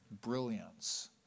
brilliance